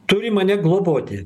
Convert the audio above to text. turi mane globoti